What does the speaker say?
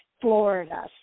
Florida